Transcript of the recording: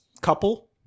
couple